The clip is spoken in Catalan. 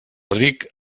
ric